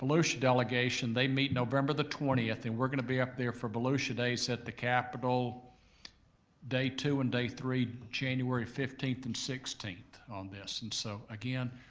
volusia delegation they meet november the twentieth and we're gonna be up there for volusia day at the capitol day two and day three january fifteenth and sixteenth on this. and so, again,